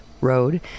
Road